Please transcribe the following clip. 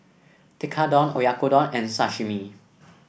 Tekkadon Oyakodon and Sashimi